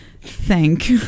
thank